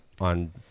on